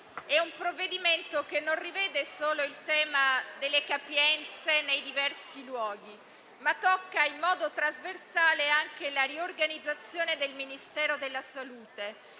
è un provvedimento che non rivede solo il tema delle capienze nei diversi luoghi, ma tocca in modo trasversale anche la riorganizzazione del Ministero della salute,